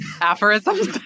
aphorisms